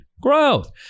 growth